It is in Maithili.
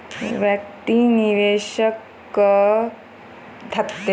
व्यक्ति निवेश कअ के वित्तीय सेवा के लाभ उठौलक